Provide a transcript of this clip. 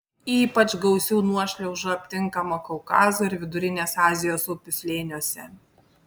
ypač gausių nuošliaužų aptinkama kaukazo ir vidurinės azijos upių slėniuose